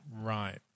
Right